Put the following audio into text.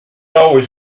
always